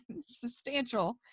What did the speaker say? substantial